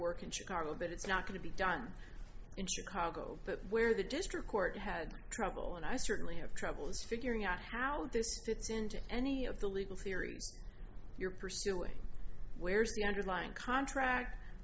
work in chicago but it's not going to be done in chicago but where the district court had trouble and i certainly have troubles figuring out how this fits into any of the legal theories you're pursuing where's the underlying contract